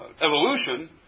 evolution